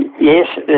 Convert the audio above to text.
Yes